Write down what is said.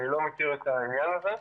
אני לא מכיר את העניין הזה.